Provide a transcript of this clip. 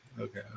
Okay